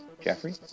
Jeffrey